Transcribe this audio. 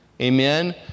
Amen